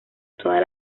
todas